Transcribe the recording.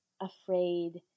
afraid